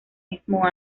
mismo